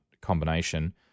combination